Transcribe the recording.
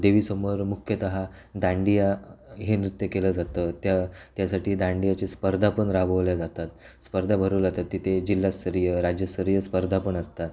देवीसमोर मुख्यतः दांडिया हे नृत्य केलं जातं त्या त्यासाठी दांडियाचे स्पर्धापण राबवल्या जातात स्पर्धा भरू लातात तिथे जिल्हास्तरीय राज्यस्तरीय स्पर्धापण असतात